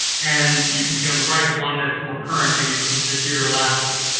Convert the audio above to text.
and you can see on the right one that's more current, maybe from this year or last year.